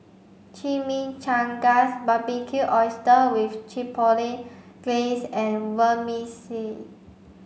Chimichangas Barbecued Oysters with Chipotle Glaze and Vermicelli